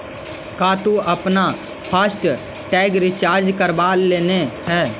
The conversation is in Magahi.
का तु अपन फास्ट टैग रिचार्ज करवा लेले हे?